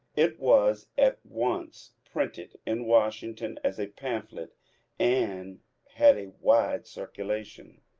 it was at once printed in washington as a pamphlet and had a wide circulation.